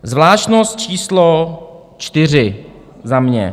Zvláštnost číslo čtyři za mě.